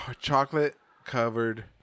chocolate-covered